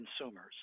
consumers